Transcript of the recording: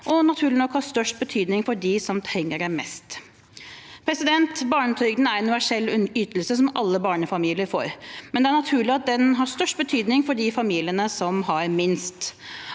nok ha størst betydning for dem som trenger det mest. Barnetrygden er en universell ytelse som alle barnefamilier får, men det er naturlig at den har størst betydning for de familiene som har minst.